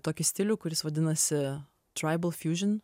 tokį stilių kuris vadinasi traibal fjužion